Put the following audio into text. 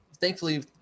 thankfully